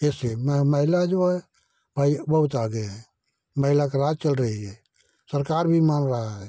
इसलिए महिला महिला जो है बहुत आगे है महिला की राज चल रही है सरकार भी मांग रहा है